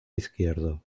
izquierdo